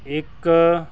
ਇੱਕ